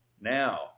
Now